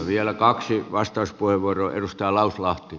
vielä kaksi vastauspuheenvuoroa